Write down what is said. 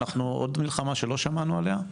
עוד מלחמה שלא שמענו עליה?